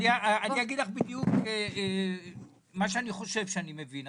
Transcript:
אני אגיד לך בדיוק מה שאני חושב שאני מבין,